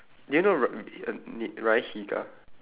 do you know ry~ ryan-higa